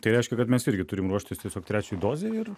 tai reiškia kad mes irgi turimeruoštis tiesiog trečiai dozei ir